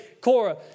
Cora